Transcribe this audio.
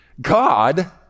God